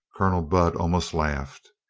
colonel budd almost laughed.